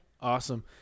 awesome